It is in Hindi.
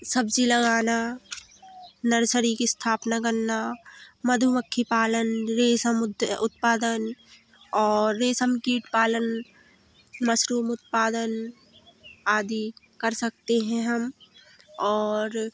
सब्जी लगाना नर्सरी की स्थापना करना मधुमक्खी पालन रे समुद्र उत्पादन और रेशम कीट पालन मशरूम उत्पादन आदि कर सकते हैं हम और